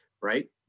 Right